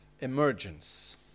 emergence